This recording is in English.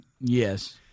Yes